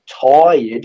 tired